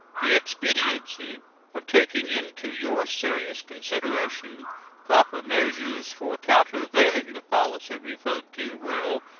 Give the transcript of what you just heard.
the expediency of taking into your serious consideration proper measures for countervailing the policy referred to will,